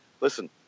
listen